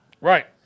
Right